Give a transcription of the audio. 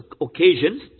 occasions